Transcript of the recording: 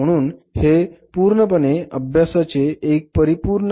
म्हणून हे पूर्णपणे अभ्यासाचे एक परिपूर्ण क्षेत्र आहे